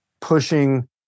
pushing